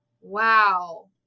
wow